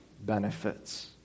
benefits